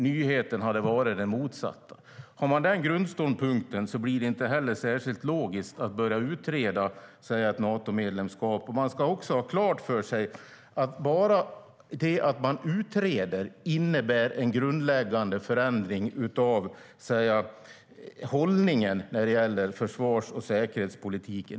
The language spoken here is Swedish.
Det motsatta hade varit en nyhet. Om man har den grundståndpunkten blir det inte särskilt logiskt att börja utreda ett Natomedlemskap. Man ska ha klart för sig att bara det att man utreder innebär en grundläggande förändring av hållningen när det gäller försvars och säkerhetspolitiken.